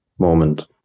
moment